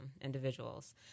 individuals